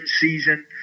season